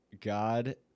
God